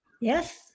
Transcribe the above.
Yes